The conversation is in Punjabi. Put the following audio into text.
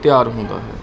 ਤਿਆਰ ਹੁੰਦਾ ਹੈ